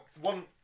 one